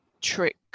trick